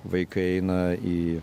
vaikai eina į